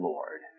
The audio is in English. Lord